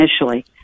initially